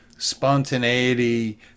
spontaneity